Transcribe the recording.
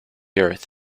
earth